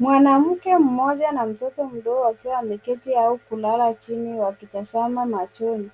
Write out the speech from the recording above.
Mwanamke mmoja na mtoto mdogo wakiwa wameketi au kulala chini wakitazama mafunzo.